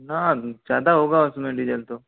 हाँ ज़्यादा होगा उसमें डीज़ल तो